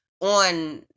on